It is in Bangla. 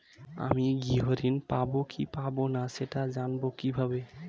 আমি গৃহ ঋণ পাবো কি পাবো না সেটা জানবো কিভাবে?